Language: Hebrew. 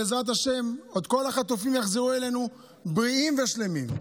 בעזרת השם עוד כל החטופים יחזרו אלינו בריאים ושלמים.